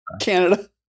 Canada